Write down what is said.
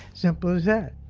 simple as that